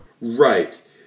Right